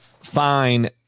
fine